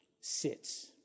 sits